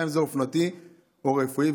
גם אם זה אופנתי או רפואי,